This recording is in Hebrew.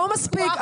לא מספיק.